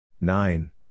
nine